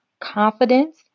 confidence